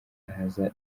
nkaza